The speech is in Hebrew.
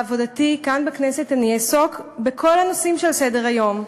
בעבודתי כאן בכנסת אני אעסוק בכל הנושאים שעל סדר-היום,